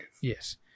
Yes